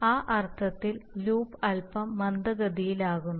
ആ അർത്ഥത്തിൽ ലൂപ്പ് അല്പം മന്ദഗതിയിലാകുന്നു